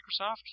Microsoft